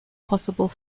possible